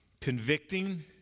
convicting